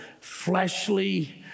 fleshly